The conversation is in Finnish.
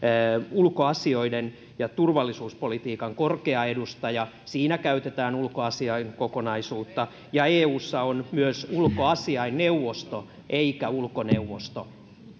ulkoasioiden ja turvallisuuspolitiikan korkea edustaja siinä käytetään ulkoasiainkokonaisuutta ja eussa on myös ulkoasiainneuvosto eikä ulkoneuvosto